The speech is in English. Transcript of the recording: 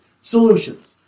solutions